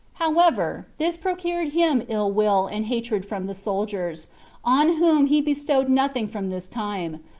however, this procured him ill-will and hatred from the soldiers on whom he bestowed nothing from this time,